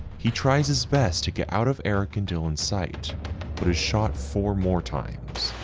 he tries his best to get out of eric and dylan sight but has shot four more times.